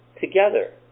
together